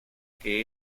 que